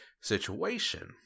situation